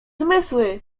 zmysły